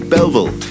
Belleville